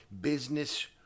business